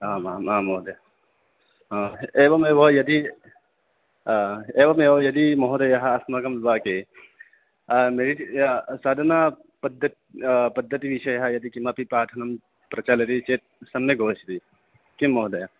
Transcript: आम् आम् आम् महोदय अ एवमेव यदि एवमेव यदि महोदयः अस्माकं विभागे मेडिटे साधनापद्ध पद्धतिविषयः यदि किमपि पाठनं प्रचलति चेत् सम्यक् भविष्यति किं महोदय